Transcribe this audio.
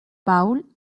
paul